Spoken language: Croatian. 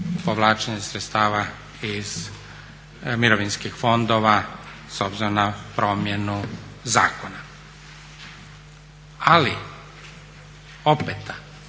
povlačenje sredstava iz mirovinskih fondova s obzirom na promjenu zakona. Ali opet da